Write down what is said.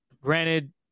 Granted